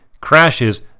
crashes